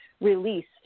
released